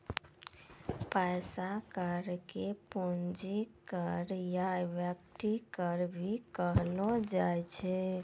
पैसा कर के पूंजी कर या इक्विटी कर भी कहलो जाय छै